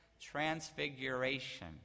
transfiguration